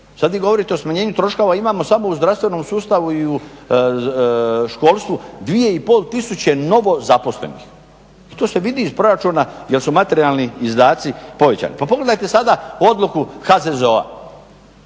Sad vi govorite o smanjenju troškova, a imamo samo u zdravstvenom sustavu i u školstvu 2500 novo zaposlenih. I to se vidi iz proračuna jer su materijalni izdaci povećani. Pa pogledajte sada odluku HZZO-a.